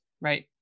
right